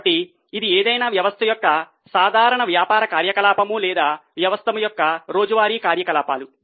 కాబట్టి ఇది ఏదైనా వ్యవస్థ యొక్క సాధారణ వ్యాపార కార్యకలాపం లేదా వ్యవస్థ యొక్క రోజువారీ కార్యకలాపాలు